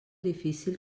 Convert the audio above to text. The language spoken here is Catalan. difícil